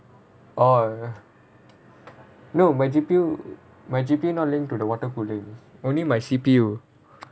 orh no my G_P_U my G_P_U not linked to the water cooling only my C_P_U